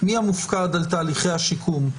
מי המופקד על תהליכי השיקום.